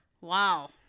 Wow